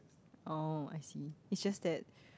oh I see it's just that